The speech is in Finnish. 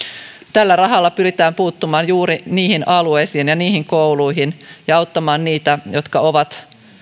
tällä rahalla pyritään puuttumaan juuri niihin alueisiin ja niihin kouluihin ja auttamaan niitä jotka ovat